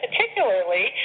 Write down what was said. particularly